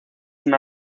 una